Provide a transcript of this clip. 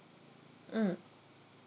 mm